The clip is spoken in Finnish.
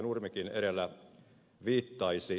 nurmikin edellä viittasi